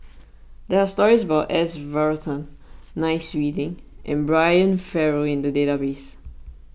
there are stories about S Varathan Nai Swee Leng and Brian Farrell in the database